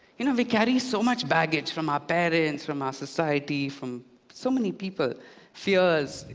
you know, we carry so much baggage, from our parents, from our society, from so many people fears,